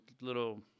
little